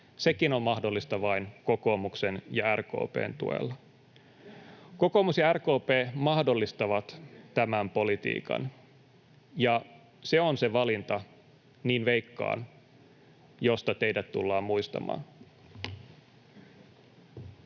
sekin on mahdollista vain kokoomuksen ja RKP:n tuella. Kokoomus ja RKP mahdollistavat tämän politiikan, ja se on se valinta, niin veikkaan, josta teidät tullaan muistamaan.